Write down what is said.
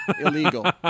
Illegal